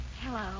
Hello